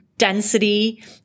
Density